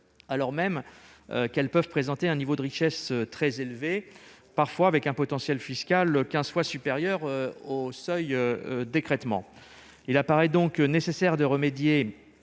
alors même qu'elles peuvent présenter un niveau de richesse très élevé, parfois avec un potentiel fiscal quinze fois supérieur au seuil d'écrêtement. Pour remédier